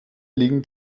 liegen